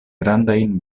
grandajn